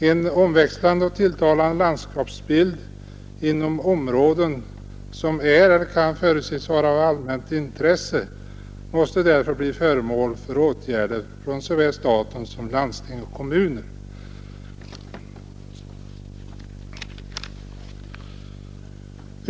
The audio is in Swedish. En omväxlande och tilltalande landskapsbild inom områden som är eller kan förutses vara av allmänt intresse måste därför bli föremål för åtgärder från såväl staten som landsting och kommuner.